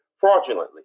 fraudulently